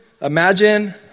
imagine